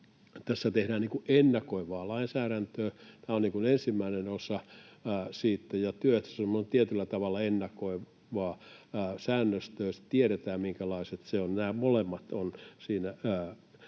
Tässä tehdään ennakoivaa lainsäädäntöä. Tämä on ensimmäinen osa siitä, ja työehtosopimus on tietyllä tavalla ennakoivaa säännöstöä, se tiedetään, minkälaista se on: nämä molemmat ovat siinä